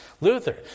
Luther